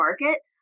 market